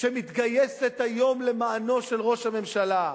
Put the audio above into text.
שמתגייסת היום למען ראש הממשלה,